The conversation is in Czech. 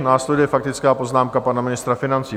Následuje faktická poznámka pana ministra financí.